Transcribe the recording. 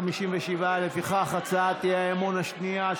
57. לפיכך הצעת האי-אמון השנייה,